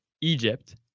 Egypt